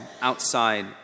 outside